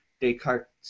Descartes